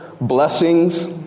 blessings